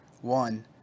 One